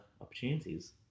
opportunities